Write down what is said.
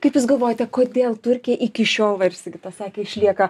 kaip jūs galvojate kodėl turkija iki šiol va ir sigita sakė išlieka